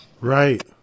Right